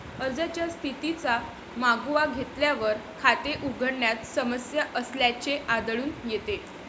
अर्जाच्या स्थितीचा मागोवा घेतल्यावर, खाते उघडण्यात समस्या असल्याचे आढळून येते